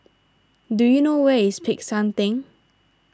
do you know where is Peck San theng